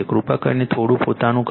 કૃપા કરીને થોડું પોતાનું કરો